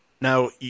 now